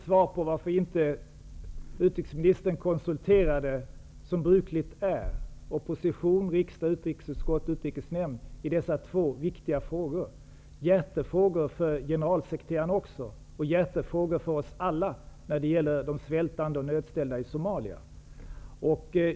Herr talman! Jag fick inget svar på frågan varför utrikesministern inte som brukligt är konsulterade opposition, riksdag, utrikesutskott och utrikesnämnd i dessa två viktiga frågor, hjärtefrågor för generalsekreteraren och hjärtefrågor för oss alla -- de svältande och nödställda i Somalia.